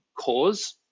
cause